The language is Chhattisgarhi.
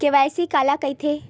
के.वाई.सी काला कइथे?